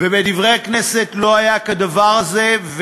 ובדברי ימי הכנסת לא היה כדבר הזה.